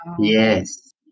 Yes